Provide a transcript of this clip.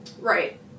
Right